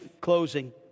closing